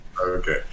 Okay